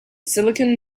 silicon